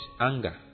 anger